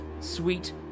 sweet